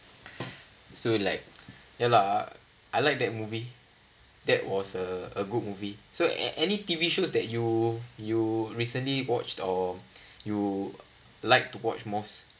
so like ya lah I like that movie that was a good movie so a~ any T_V shows that you you recently watched or you like to watch most